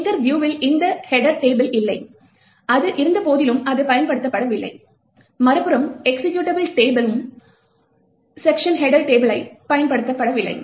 linker வியூவில் இந்த header table இல்லை அது இருந்தபோதிலும் அது பயன்படுத்தப்படவில்லை மறுபுறம் எக்சிகியூட்டபிள் வியூவிலும் செக்க்ஷன் ஹெட்டர் டேபிள் பயன்படுத்தப்படவில்லை